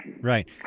Right